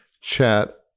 chat